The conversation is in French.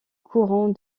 courant